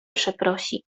przeprosi